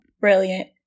Brilliant